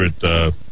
favorite